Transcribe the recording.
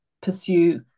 pursue